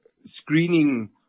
screening